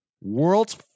world's